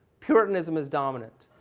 puritanism is dominant.